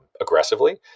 aggressively